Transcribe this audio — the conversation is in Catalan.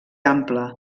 ample